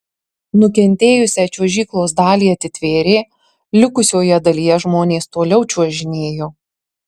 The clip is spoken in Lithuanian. nukentėjusią čiuožyklos dalį atitvėrė likusioje dalyje žmonės toliau čiuožinėjo